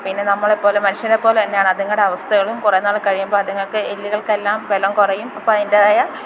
പിന്നെ നമ്മളെ പോലെ മനുഷ്യരെ പോലെ തന്നെയാണ് അതുങ്ങളെ അവസ്ഥകളും കുറേ നാൾ കഴിയുമ്പോൾ അതുങ്ങൾക്ക് എല്ലുകൾക്കെല്ലാം ബലം കുറയും അപ്പം അതിൻറ്റേതായ